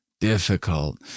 difficult